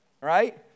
right